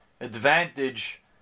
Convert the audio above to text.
advantage